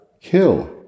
kill